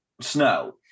Snow